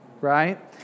right